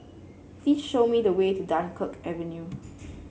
please show me the way to Dunkirk Avenue